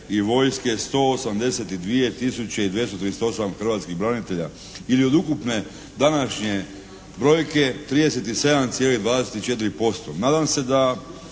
i vojske 182 tisuće i 238 hrvatskih branitelja. Ili od ukupne današnje brojke 37,24%. Nadam se da